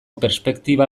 perspektiba